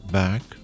back